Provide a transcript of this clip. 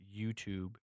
YouTube